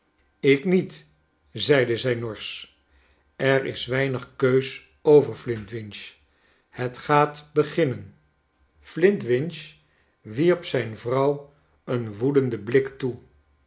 ik niet zeide zij norsch er is weinig keus over flintwinch het gaat beginnen flintwinch wierp zijn vrouw een woedenden blik toe